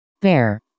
bear